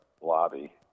lobby